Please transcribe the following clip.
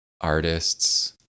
artists